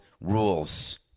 rules